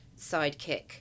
sidekick